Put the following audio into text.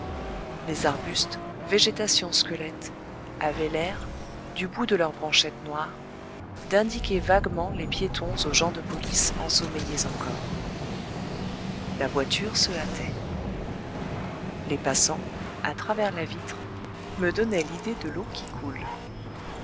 les arbustes végétations squelettes avaient l'air du bout de leurs branchettes noires d'indiquer vaguement les piétons aux gens de police ensommeillés encore la voiture se hâtait les passants à travers la vitre me donnaient l'idée de l'eau qui coule